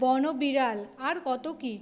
বন বিড়াল আরও কত কী